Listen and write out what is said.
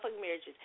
marriages